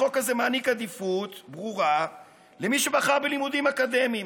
החוק הזה מעניק עדיפות ברורה למי שבחר בלימודים אקדמיים.